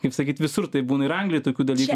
kaip sakyt visur taip būna ir anglijoj tokių dalykų